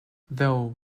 though